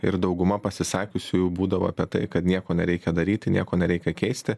ir dauguma pasisakiusiųjų būdavo apie tai kad nieko nereikia daryti nieko nereikia keisti